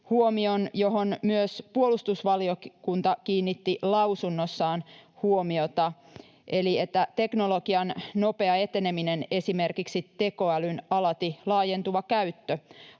huomion, johon myös puolustusvaliokunta kiinnitti lausunnossaan huomiota, eli että teknologian nopea eteneminen, esimerkiksi tekoälyn alati laajentuva käyttö,